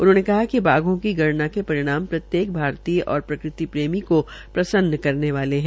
उन्होंने कहा कि बाघों की गणना के परिणाम प्रत्येक भारतीय और प्राकृति प्रेमी को प्रसन्न करने वाले है